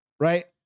Right